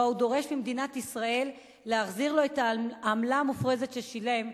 ובה הוא דורש ממדינת ישראל להחזיר לו את העמלה המופרזת ששילם,